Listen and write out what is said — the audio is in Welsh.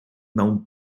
mewn